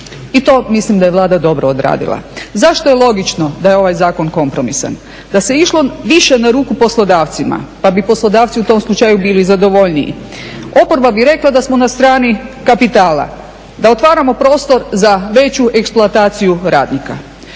i to mislim da je Vlada dobro odradila. Zašto je logično da je ovaj zakon kompromisan? Da se išlo više na ruku poslodavcima pa bi poslodavci u tom slučaju bili zadovoljniji. Oporba bi rekla da smo na strani kapitala, da otvaramo prostor za veću eksploataciju radnika.